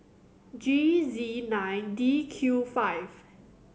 G Z nine D Q five